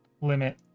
limit